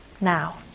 now